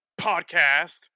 podcast